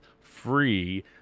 free